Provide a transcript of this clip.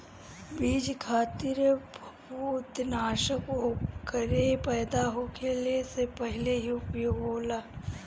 बीज खातिर फंफूदनाशक ओकरे पैदा होखले से पहिले ही उपयोग होला